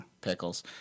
pickles